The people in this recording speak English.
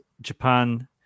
Japan